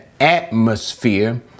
atmosphere